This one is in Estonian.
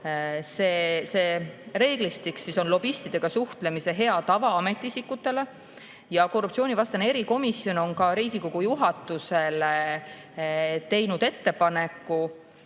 See reeglistik on lobistidega suhtlemise hea tava ametiisikutele. Korruptsioonivastane erikomisjon on ka Riigikogu juhatusele teinud ettepaneku